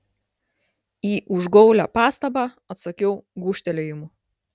į užgaulią pastabą atsakiau gūžtelėjimu